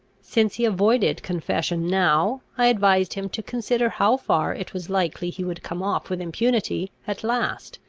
since he avoided confession now, i advised him to consider how far it was likely he would come off with impunity at last.